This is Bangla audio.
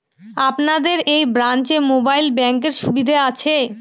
আপনাদের এই ব্রাঞ্চে মোবাইল ব্যাংকের সুবিধে আছে?